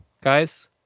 guys